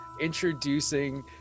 introducing